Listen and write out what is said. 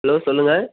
hello சொல்லுங்கள்